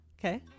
Okay